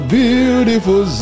beautiful